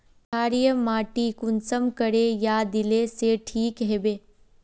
क्षारीय माटी कुंसम करे या दिले से ठीक हैबे?